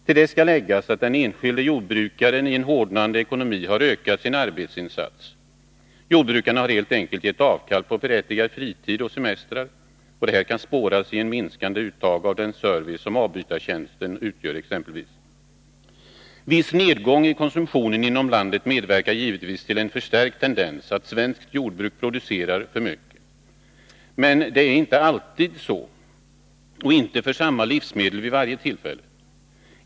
Till det skall läggas att den enskilde jordbrukaren i en hårdnande ekonomi har ökat sin arbetsinsats. Jordbrukarna har helt enkelt gett avkall på berättigad fritid och semestrar. Detta kan exempelvis spåras i ett minskande uttag av den service som avbytartjänsten utgör. En viss nedgång i konsumtionen inom landet medverkar givetvis till en förstärkt tendens att svenskt jordbruk producerar för mycket. Men det är inte alltid så, och inte för samma livsmedel vid varje tillfälle.